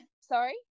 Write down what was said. Sorry